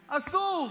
עשו.